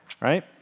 right